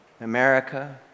America